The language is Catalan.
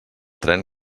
tren